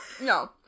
No